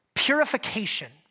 Purification